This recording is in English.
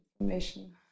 information